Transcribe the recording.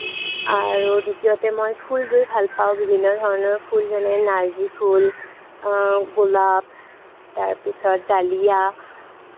আৰু দ্বিতীয়তে মই ফুল ৰুই ভাল পাওঁ বিভিন্ন ধৰণৰ ফুল যেনে নাৰ্জী ফুল গোলাপ তাৰপিছত ডালিয়া